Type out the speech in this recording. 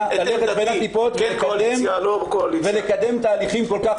ללכת בין הטיפות ולקדם תהליכים כל כך חשובים.